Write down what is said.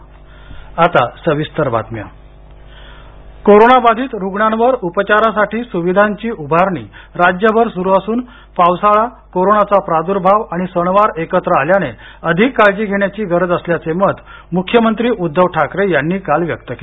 Pune corona रूग्णालय कोरोनाबाधित रुग्णांवर उपचारासाठी सुविधांची उभारणी राज्यभर सुरु असून पावसाळा कोरोनाचा प्रादुर्भाव आणि सणवार एकत्र आल्याने अधिक काळजी घेण्याची गरज असल्याचे मत मुख्यमंत्री उद्वव ठाकरे यांनी काल व्यक्त केले